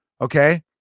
okay